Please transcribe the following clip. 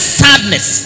sadness